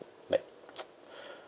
like